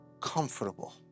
comfortable